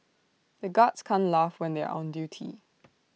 the guards can't laugh when they are on duty